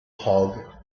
hog